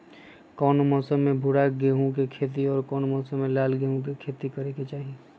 कौन मौसम में भूरा गेहूं के खेती और कौन मौसम मे लाल गेंहू के खेती करे के चाहि?